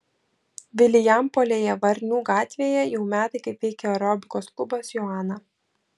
vilijampolėje varnių gatvėje jau metai kaip veikia aerobikos klubas joana